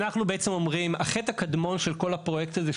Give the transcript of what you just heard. אנחנו בעצם אומרים החטא הקדמון של כל הפרויקט הזה,